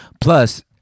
plus